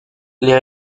les